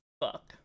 fuck